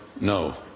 no